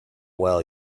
well